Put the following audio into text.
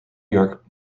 york